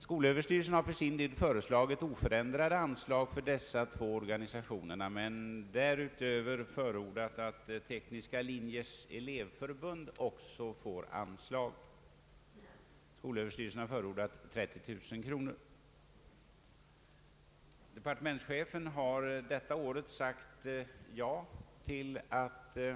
Skolöverstyrelsen har för sin del föreslagit oförändrade anslag till dessa två organisationer men därutöver förordat att Tekniska linjers elevförbund skall få bidrag. Skolöverstyrelsen har föreslagit 30 000 kronor för ändamålet. Departementschefen har detta år sagt ja till att även Ang.